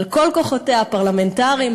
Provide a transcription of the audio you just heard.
על כל כוחותיה הפרלמנטריים,